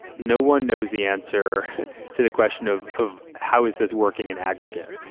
no one knows the answer to the question of of how is this working in aggregate.